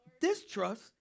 Distrust